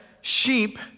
sheep